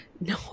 No